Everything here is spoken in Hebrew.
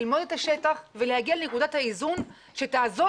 ללמוד את השטח ולהגיע לנקודת האיזון שתעזור